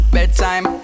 Bedtime